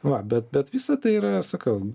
va bet bet visa tai yra sakau